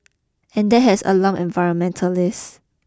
and that has alarmed environmentalists